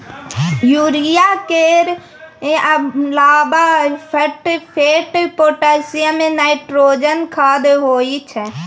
urea केर अलाबा sulphate, potassium, nitrogen खाद होइ छै